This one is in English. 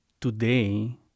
today